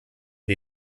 die